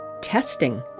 testing